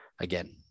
again